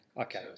okay